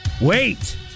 Wait